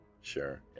sure